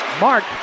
Mark